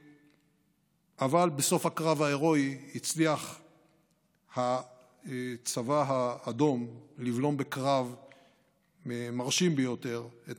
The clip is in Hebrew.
אבל בסוף הקרב ההירואי הצליח הצבא האדום לבלום בקרב מרשים ביותר את